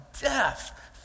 death